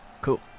Cool